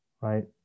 Right